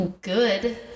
Good